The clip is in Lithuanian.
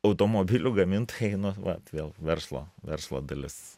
automobilių gamintojai nu vat vėl verslo verslo dalis